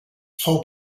fou